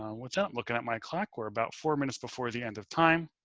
um what's out and looking at my clock. we're about four minutes before the end of time.